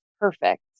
perfect